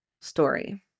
story